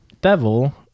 devil